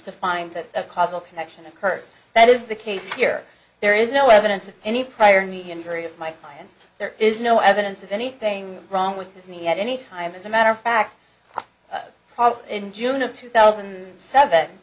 to find that a causal connection occurs that is the case here there is no evidence of any prior knee injury of my client there is no evidence of anything wrong with his knee at any time as a matter of fact probably in june of two thousand and seven